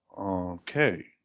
Okay